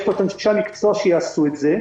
יש פה את אנשי המקצוע שיעשו את זה.